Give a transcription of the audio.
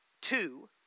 two